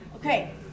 Okay